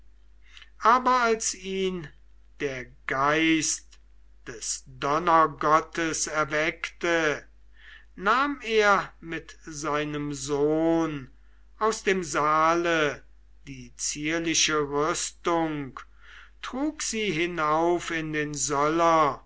aber als ihn der geist des donnergottes erweckte nahm er mit seinem sohn aus dem saale die zierliche rüstung trug sie hinauf in den